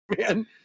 man